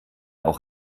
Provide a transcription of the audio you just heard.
auch